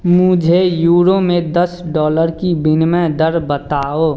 मुझे यूरो में दस डॉलर कि विनिमय दर बताओ